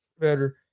better